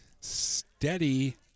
Steady